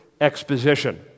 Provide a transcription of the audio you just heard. exposition